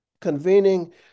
convening